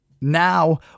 now